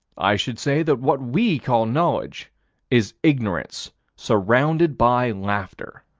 i should say that what we call knowledge is ignorance surrounded by laughter.